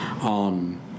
on